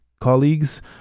colleagues